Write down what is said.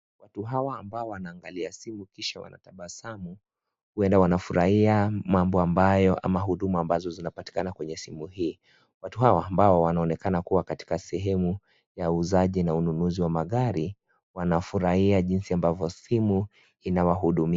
Watu hawa ambao wanaangalia simu kisha wanatabasamu huenda wanafurahia mambo ambayo ama huduma ambazo zinapatikana kwenye simu hii, watu hawa ambao wanaonekana kuwa katika sehemu ya uuzaji na ununuzi wa magari wanafurahia jinsi ambavyo simu inawahudumia.